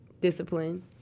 discipline